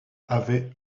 avait